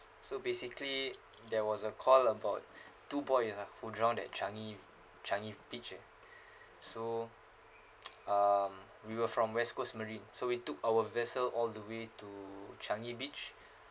so basically there was a call about two boys ah who drowned at Changi Changi beach ah so um we were from west coast marine so we took our vessel all the way to Changi beach